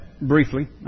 briefly